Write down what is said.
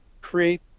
create